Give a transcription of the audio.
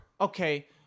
Okay